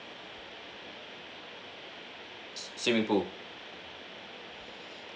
swimming pool